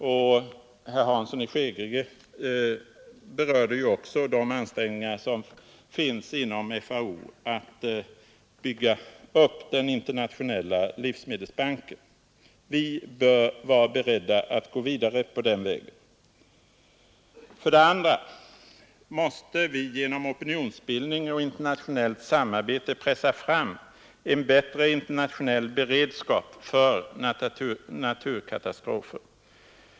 Herr Hansson i Skegrie berörde också de intensifierade ansträngningar som nu görs inom FAO för att bygga upp den internationella livsmedelsbanken. På den vägen måste vi vara beredda att gå vidare. För det andra måste vi genom opinionsbildning och internationellt samarbete pressa fram en bättre internationell beredskap för naturkatastrofer.